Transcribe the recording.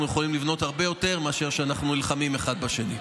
יכולים לבנות הרבה יותר מאשר כשאנחנו נלחמים אחד בשני.